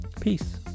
peace